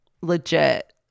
legit